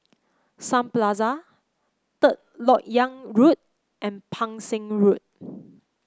Sun Plaza Third LoK Yang Road and Pang Seng Road